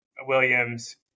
Williams